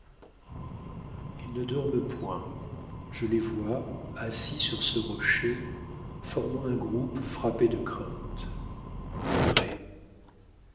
ils ne dorment point je les vois assis sur ce rocher formant un groupe frappé de crainte